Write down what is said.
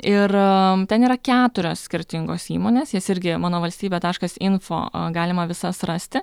ir ten yra keturios skirtingos įmonės jas irgi mano valstybė taškas info galima visas rasti